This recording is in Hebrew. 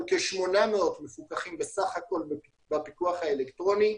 כ-800 מפוקחים בסך הכול בפיקוח האלקטרוני.